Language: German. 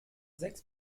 sechs